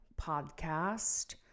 podcast